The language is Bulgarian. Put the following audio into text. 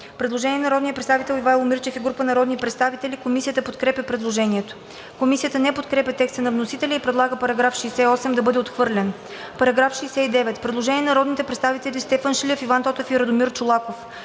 Предложение на народния представител Ивайло Мирчев и група народни представители. Комисията подкрепя предложението. Комисията не подкрепя текста на вносителя и предлага § 68 да бъде отхвърлен. По § 69 има предложение на народните представители Стефан Шилев, Иван Тотев и Радомир Чолаков.